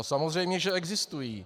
Samozřejmě že existují.